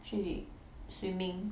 去 swimming